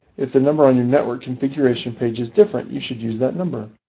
if the number on your network configuration page is different you should use that number.